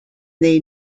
they